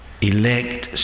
elect